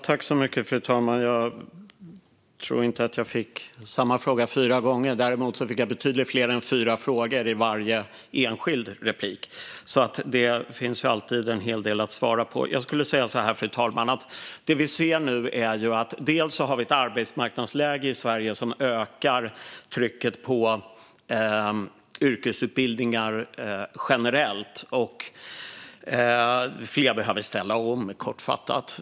Fru talman! Jag tror inte att jag fick samma fråga fyra gånger. Däremot fick jag betydligt fler än fyra frågor i varje enskild replik. Därför finns alltid en hel del att svara på. Fru talman! Det vi ser är ett arbetsmarknadsläge i Sverige som ökar trycket på yrkesutbildningar generellt. Fler behöver ställa om.